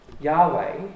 Yahweh